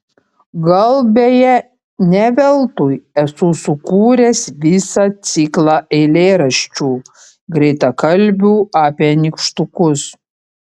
gal beje ne veltui esu sukūręs visą ciklą eilėraščių greitakalbių apie nykštukus